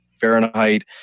Fahrenheit